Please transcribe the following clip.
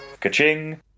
Ka-ching